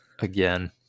again